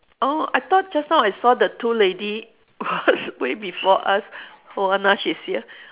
orh I thought just now I saw the two lady was way before us oh uh now she's here